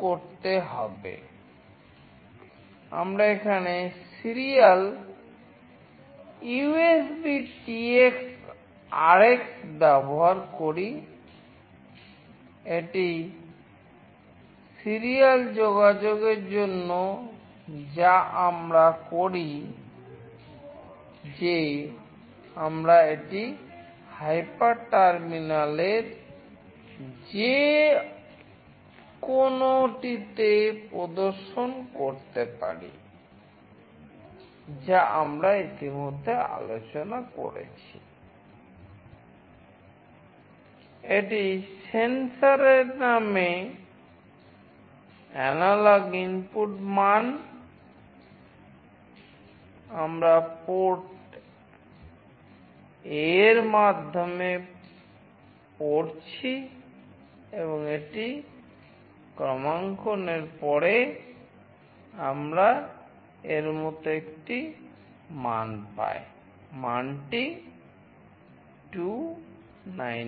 code এর নামে analogue input মান আমরা পোর্ট এ 1 এর মাধ্যমে পড়ছি এবং এটি ক্রমাঙ্কণের পরে আমরা এর মতো একটি মান পাই মানটি 297